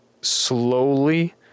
slowly